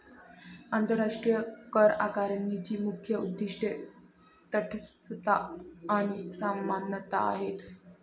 आंतरराष्ट्रीय करआकारणीची मुख्य उद्दीष्टे तटस्थता आणि समानता आहेत